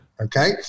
Okay